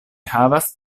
havas